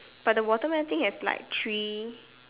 but the watermelon thing has like three